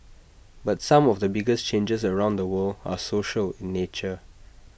but some of the biggest changes around the world are social in nature